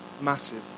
Massive